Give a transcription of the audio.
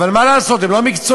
אבל מה לעשות, הם לא מקצועיים.